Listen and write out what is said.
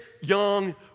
young